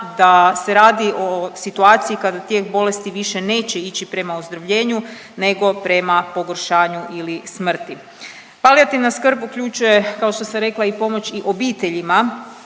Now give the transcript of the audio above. da se radi o situaciji kada tijek bolesti više neće ići prema ozdravljenju nego prema pogoršanju ili smrti. Palijativna skrb uključuje kao što sam rekla i pomoć i obiteljima